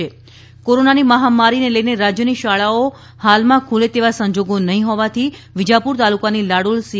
Mehsana online શિક્ષણ કોરોનાની મહામારીને લઇને રાજ્યની શાળાઓ હાલમાં ખુલે તેવા સંજોગો નહિં હોવાથી વિજાપુર તાલુકાની લાડોલ સી